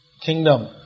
kingdom